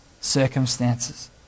circumstances